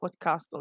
podcast